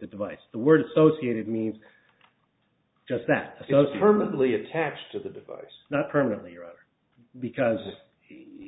the device the word sociate means just that feels permanently attached to the device not permanently or because